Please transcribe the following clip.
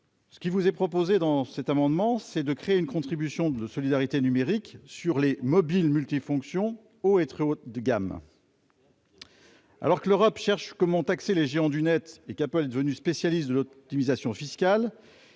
de solidarité sur les abonnements. Il s'agit là de créer une contribution de solidarité numérique sur les mobiles multifonctions haut et très haut de gamme. Alors que l'Europe cherche comment taxer les géants du net et qu'Apple est devenu spécialiste de l'optimisation fiscale,